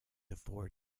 afford